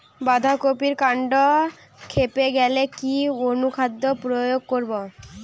বাঁধা কপির কান্ড ফেঁপে গেলে কি অনুখাদ্য প্রয়োগ করব?